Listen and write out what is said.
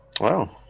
Wow